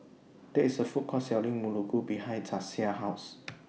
There IS A Food Court Selling Muruku behind Jasiah's House